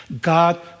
God